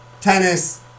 tennis